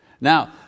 Now